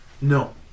No